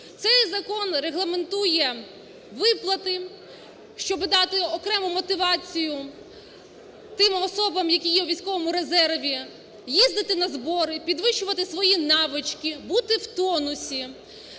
Цей закон регламентує виплати, щоби дати окрему мотивацію тим особам, які є у військовому резерві, їздити на збори, підвищувати свої навички, бути в тонусі.